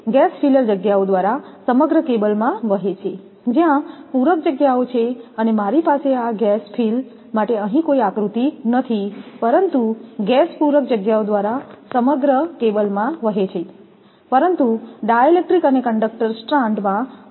gas filler જગ્યાઓ દ્વારા સમગ્ર કેબલમાં વહે છે જ્યાં પૂરક જગ્યાઓ છે અને મારી પાસે આ ગેસ ફિલ માટે અહીં આકૃતિ નથી પરંતુ ગેસ પૂરક જગ્યાઓ દ્વારા સમગ્ર કેબલમાં વહે છે પરંતુ ડાઇલેક્ટ્રિક અને કંડકટર સ્ટ્રાન્ડમાં અંતર છે